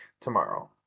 tomorrow